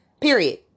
Period